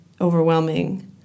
overwhelming